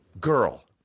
girl